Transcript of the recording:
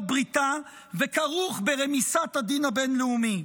בריתה וכרוך ברמיסת הדין הבין-לאומי?